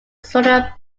sonora